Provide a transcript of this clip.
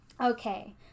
Okay